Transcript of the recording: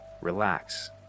Relax